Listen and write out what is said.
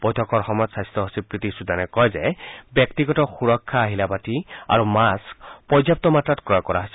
বৈঠকৰ সময়ত স্বাস্থ্য সচিব প্ৰীতি সুদানে কয় যে ব্যক্গিত সুৰক্ষা আহিলা পাতি আৰু মাস্থ পৰ্যাপ্ত মাত্ৰাত ক্ৰয় কৰা হৈছে